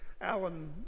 Alan